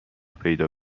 پیدا